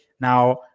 Now